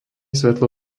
svetlo